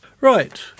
Right